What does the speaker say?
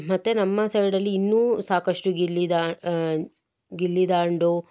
ಮತ್ತೆ ನಮ್ಮ ಸೈಡಲ್ಲಿ ಇನ್ನು ಸಾಕಷ್ಟು ಗಿಲ್ಲಿದಾ ಗಿಲ್ಲಿದಾಂಡು